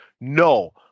No